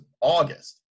August